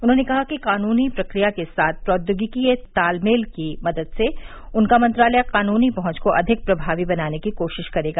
उन्होंने कहा कि कानूनी प्रक्रिया के साथ प्रोद्योगिकी के तालमेल की मदद से उनका मंत्रालय कानूनी पहुंच को अधिक प्रभावी बनाने की कोशिश करेगा